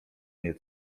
mnie